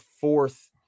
fourth